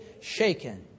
shaken